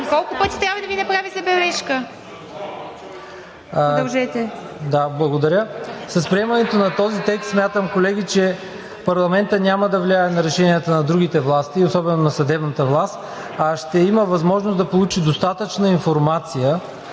Продължете. КАЛОЯН ЯНКОВ: Благодаря. С приемането на този текст смятам, колеги, че парламентът няма да влияе на решенията на другите власти – особено на съдебната власт, а ще има възможност да получи достатъчна информация,